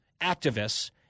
activists